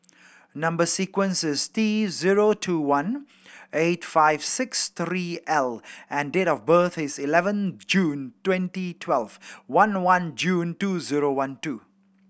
number sequence is T zero two one eight five six three L and date of birth is eleven June twenty twelve one one June two zero one two